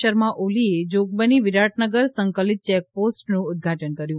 શર્મા ઓલીએ જોગબની વિરાટનગર સંકલિત ચેકપોસ્ટનું ઉદઘાટન કર્યું